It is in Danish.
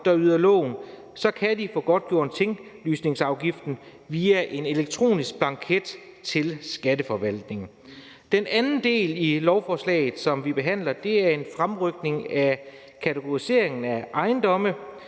der yder lån, kan de få godtgjort tinglysningsafgiften via en elektronisk blanket til skatteforvaltningen. Den anden del af lovforslaget, som vi behandler, er en fremrykning af kategoriseringen af ejendomme.